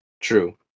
True